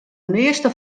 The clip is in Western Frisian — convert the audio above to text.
measte